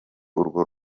urwo